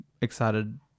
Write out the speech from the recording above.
excited